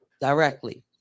Directly